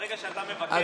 ברגע שאתה מבקש,